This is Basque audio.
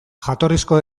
jatorrizko